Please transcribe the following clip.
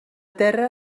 terra